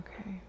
okay